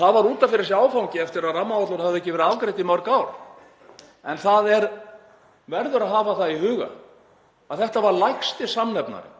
Það var út af fyrir sig áfangi eftir að rammaáætlun hafði ekki verið afgreidd í mörg ár. En það verður að hafa í huga að þetta var lægsti samnefnari